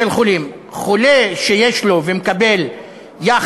שתי קבוצות של חולים: חולה שיש לו ומקבל יחס,